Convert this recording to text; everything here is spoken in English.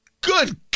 Good